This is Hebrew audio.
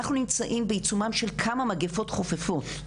אנחנו נמצאים בעיצומם של כמה מגפות חופפות,